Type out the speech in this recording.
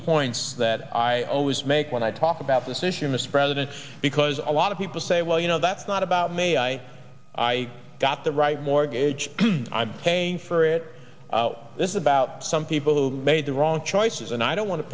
points that i always make when i talk about this issue mr president because a lot of people say well you know that's not about me i i got the right mortgage i'm paying for it this is about some people who made the wrong choices and i don't want to